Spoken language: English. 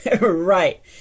Right